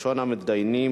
מס' 7813,